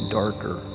darker